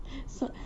so~